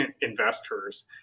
investors